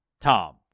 tom